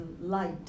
light